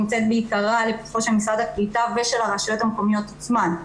נמצאת בעיקרה לפתחו של משרד הקליטה ושל הרשויות המקומיות עצמן.